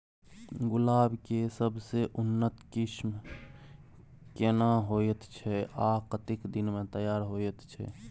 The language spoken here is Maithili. गुलाब के सबसे उन्नत किस्म केना होयत छै आ कतेक दिन में तैयार होयत छै?